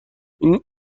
اینها